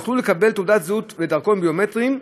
הם יוכלו לקבל תעודת זהות ודרכון ביומטריים,